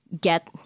get